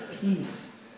peace